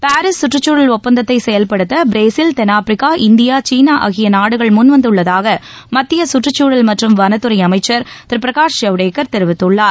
Paris சுற்றுச்சூழல் ஒப்பந்தத்தை செயல்படுத்த பிரேசில் தென்னாப்பிரிக்கா இந்தியா சீளா ஆகிய நாடுகள் முன்வந்துள்ளதாக மத்திய கற்றுச்சூழல் மற்றும் வனத்துறை அமைச்சர் திரு பிரகாஷ் ஜவ்டேகர் தெரிவித்துள்ளார்